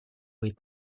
with